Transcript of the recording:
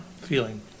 Feeling